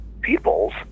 peoples